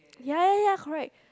ya ya ya correct